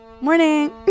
Morning